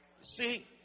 See